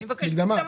הוא מבקש מקדמה.